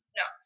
no